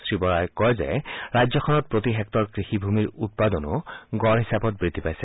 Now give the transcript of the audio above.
শ্ৰীবৰাই কয় যে ৰাজ্যখনত প্ৰতি হেক্টৰ কৃষিভূমিৰ উৎপাদনো গড় হিচাপত বৃদ্ধি পাইছে